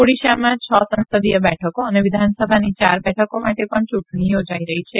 ઓડીશામાં છ સંસદીય બેઠકો ને વિધાનસભાની યાર બેઠકો માતે પણ યું ણી યોજાઈ રહી છે